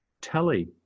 telly